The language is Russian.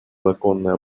законной